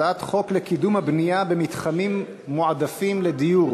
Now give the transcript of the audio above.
הצעת חוק לקידום הבנייה במתחמים מועדפים לדיור